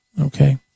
Okay